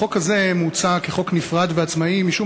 החוק הזה מוצע כחוק נפרד ועצמאי משום